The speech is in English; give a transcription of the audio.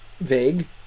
vague